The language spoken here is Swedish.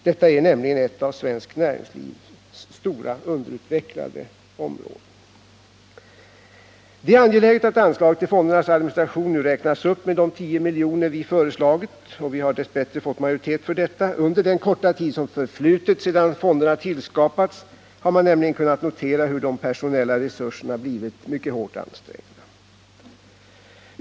Detta är nämligen ett av svenskt näringslivs stora underutvecklade områden. Det är angeläget att anslaget till fondernas administration nu räknas upp med de 10 miljoner vi föreslagit, och vi har dess bättre fått majoritet för detta. Under den korta tid som förflutit sedan fonderna tillskapades har man nämligen kunnat notera hur de personella resurserna blivit mycket hårt ansträngda.